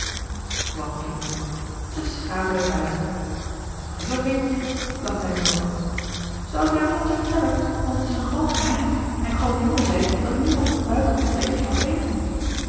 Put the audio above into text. wat kindje ze schaterde het uit wat is er kindje lachte hij nu ook zal u t aan niemand vertellen want t is een groot geheim en groote jongen zei dat niemand het buiten ons tweetjes mag weten